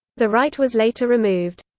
the right was later removed.